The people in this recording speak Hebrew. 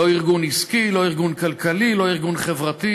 לא ארגון עסקי, לא ארגון כלכלי, לא